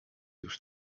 już